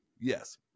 Yes